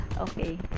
Okay